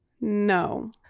no